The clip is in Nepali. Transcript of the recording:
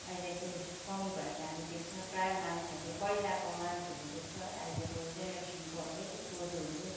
अहिले चाहिँ कमी भएको हामी देख्छौँ प्रायः मानिसहरूले पहिलाको मान्छेहरूले जस्तो है अहिलेको जेनेरेसनकोहरूले है कोदोहरू